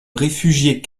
réfugiés